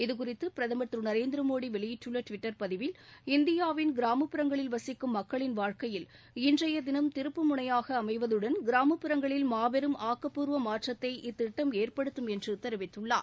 இதுகுறித்து பிரதமர் திரு நரேந்திர மோடி வெளியிட்டுள்ள டுவிட்டர் பதிவில் இன்றைய தினம் இந்தியாவின் கிராமப்புறங்களில் வசிக்கும் மக்களின் வாழ்க்கையில் திருப்பு முனையாக அமைவதுடன் கிராமப்புறங்களில் மாபெரும் ஆக்கப்பூர்வ மாற்றத்தை இத்திட்டம் ஏற்படுத்தும் என்று தெரிவித்துள்ளார்